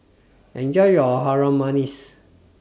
Enjoy your Harum Manis